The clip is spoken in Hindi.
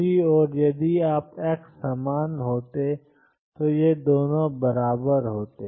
दूसरी ओर यदि सभी x समान होते तो ये दोनों बराबर होते